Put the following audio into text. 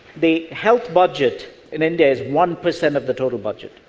the health budget in india is one percent of the total budget,